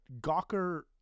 Gawker